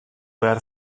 behar